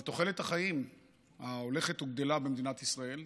אבל תוחלת החיים ההולכת ועולה במדינת ישראל,